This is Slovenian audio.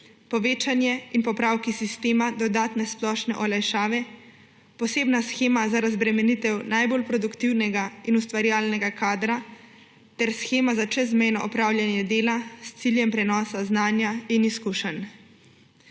povečanje in popravki sistema dodatne splošne olajšave, posebna shema za razbremenitev najbolj produktivnega in ustvarjalnega kadra ter shema za čezmejno opravljanje dela s ciljem prenosa znanja in izkušenj.«